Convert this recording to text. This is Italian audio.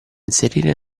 inserire